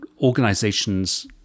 organizations